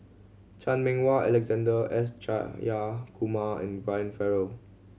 Chan Meng Wah Alexander S Jayakumar and Brian Farrell